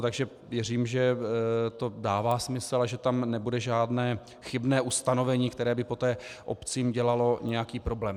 Takže věřím, že to dává smysl, ale že tam nebude žádné chybné ustanovení, které by poté obcím dělalo nějaký problém.